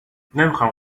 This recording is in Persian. نمیخام